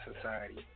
society